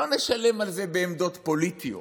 לא נשלם על זה בעמדות פוליטיות,